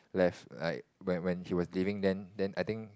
left like when when she was leaving then then I think